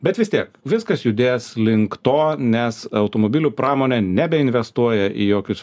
bet vis tiek viskas judės link to nes automobilių pramonė nebeinvestuoja į jokius